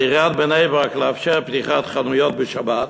עיריית בני-ברק לאפשר פתיחת חנויות בשבת,